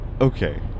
Okay